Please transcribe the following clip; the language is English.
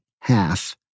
half